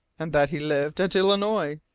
and that he lived at illinois.